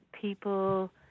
people